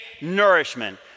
nourishment